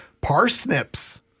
parsnips